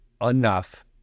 enough